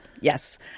Yes